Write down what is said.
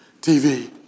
TV